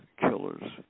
killers